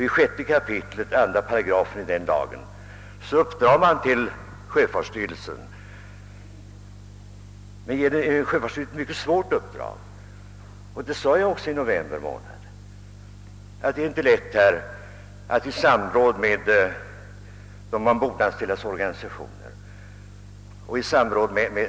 I 6 kap. 2 8 i den lagen ges sjöfartsstyrelsen det mycket svåra uppdraget att i samråd med de ombordanställdas organisationer och Sveriges redareförening söka fastställa minimibemanning.